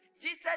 Jesus